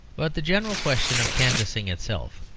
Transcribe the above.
but the general question of canvassing itself,